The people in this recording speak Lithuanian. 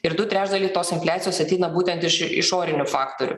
ir du trečdaliai tos infliacijos ateina būtent iš išorinių faktorių